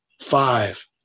five